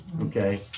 Okay